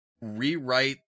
rewrite